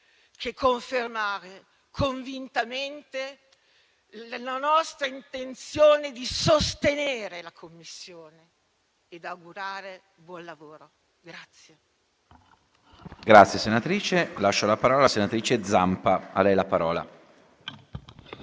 che confermare convintamente la nostra intenzione di sostenere la Commissione ed augurare buon lavoro.